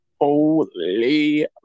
Holy